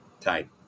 type